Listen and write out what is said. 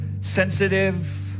sensitive